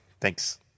Thanks